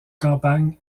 campagne